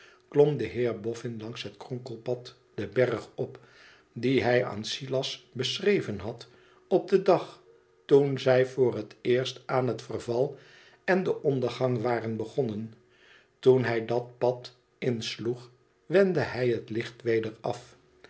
de heer boffin langs het kronkelpad den berg op dien hij aan silas beschreven had op den dag toen zij voor het eerst aan het verval en den ondergang waren begonnen toen hij dat pad insloeg wendde hij het licht weder af